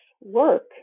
work